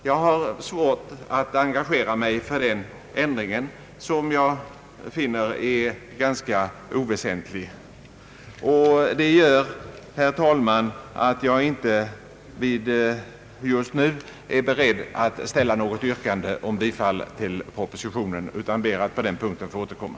Jag har svårt att engagera mig för den ändringen, som jag finner ganska oväsentlig. Det gör, herr talman, att jag just nu inte är beredd att ställa något yrkande om bifall till reservationen utan ber att på den punkten få återkomma.